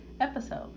episode